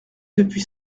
depuis